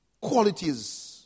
qualities